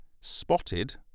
spotted